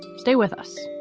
stay with us